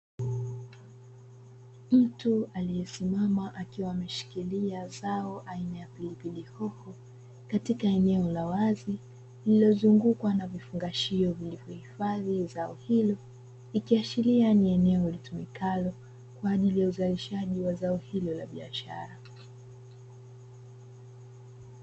Mtu aliyesimama akiwa ameshikilia zao aina ya pilipili hoho katika eneo la wazi lililozungukwa na vifungashio vilivyo hifadhi zao hilo ikiashiria ni eneo litumikalo kwa ajili ya uzalishaji wa zao hilo la biashara.